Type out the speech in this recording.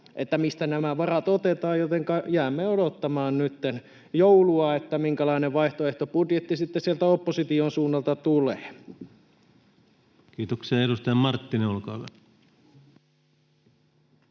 Etkä tule saamaan!] jotenka jäämme odottamaan nytten joulua ja sitä, minkälainen vaihtoehtobudjetti sieltä opposition suunnalta sitten tulee. Kiitoksia. — Ja edustaja Marttinen, olkaa hyvä.